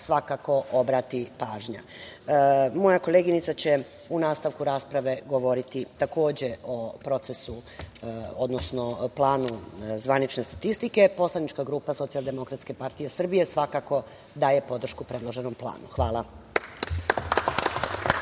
svakako obrati pažnja. Moja koleginica će u nastavku rasprave govoriti takođe o procesu, odnosno planu zvanične statistike. Poslanička grupa Socijaldemokratske partije Srbije svakako daje podršku predloženom planu. Hvala.